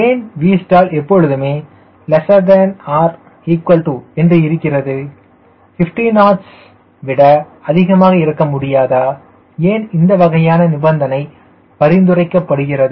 ஏன் Vstall எப்பொழுதுமே இருக்கிறது 50 knots விட அதிகமாக இருக்க முடியாதா ஏன் இந்த வகையான நிபந்தனை பரிந்துரைக்கப்படுகிறது